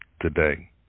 today